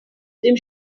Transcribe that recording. dem